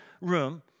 room